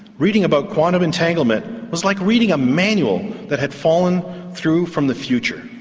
reading about quantum entanglement was like reading a manual that had fallen through from the future.